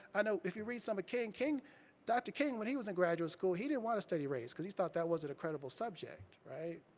i know, if you read some of king, dr. king, when he was in graduate school, he didn't want to study race, cause he thought that wasn't a credible subject, right?